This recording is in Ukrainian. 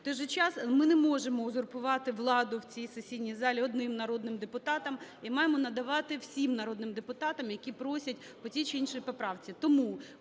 час ми не можемо узурпувати владу в цій сесійній залі одним народним депутатом і маємо надавати всім народним депутатам, які просять по тій чи іншій поправці.